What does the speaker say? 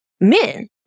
men